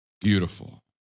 Beautiful